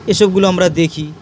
এসবগুলো আমরা দেখি